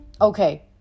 Okay